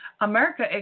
America